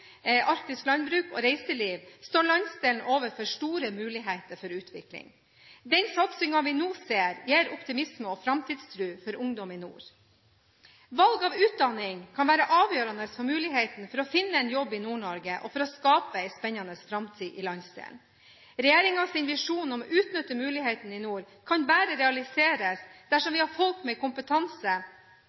arktisk landbruk og reiseliv står landsdelen overfor store muligheter for utvikling. Den satsingen vi nå ser, gir optimisme og framtidstro for ungdom i nord. Valg av utdanning kan være avgjørende for mulighetene for å finne en jobb i Nord-Norge og for å skape en spennende framtid i landsdelen. Regjeringens visjon om å utnytte mulighetene i nord kan bare realiseres dersom vi har folk med kompetanse